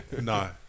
no